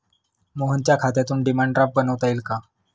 मोहनच्या खात्यातून demand draft बनवता येईल का?